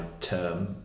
term